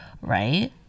right